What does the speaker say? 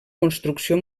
construcció